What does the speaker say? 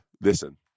Listen